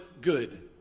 good